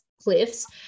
cliffs